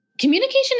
communication